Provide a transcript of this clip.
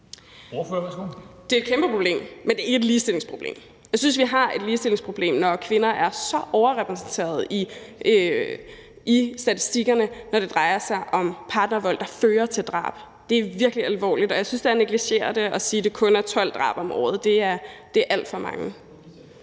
Det er jo et kæmpeproblem, men det er ikke et ligestillingsproblem. Jeg synes, vi har et ligestillingsproblem, når kvinder er så overrepræsenteret i statistikkerne, når det drejer sig om partnervold, der fører til drab. Det er virkelig alvorligt, og jeg synes, det er at negligere det at sige, at det kun er 12 drab om året. Det er alt for mange.